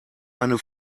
eine